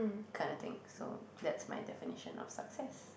kind of thing so that's my definition of success